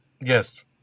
Yes